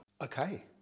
Okay